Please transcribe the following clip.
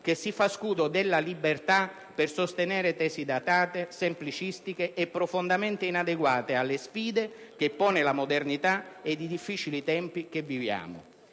che si fa scudo della libertà per sostenere tesi datate, semplicistiche e profondamente inadeguate alle sfide che pongono la modernità ed i difficili tempi che viviamo.